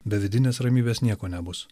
be vidinės ramybės nieko nebus